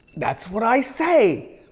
that's what i say!